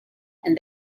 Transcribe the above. and